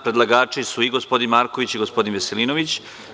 Predlagači su i gospodin Marković i gospodin Veselinović.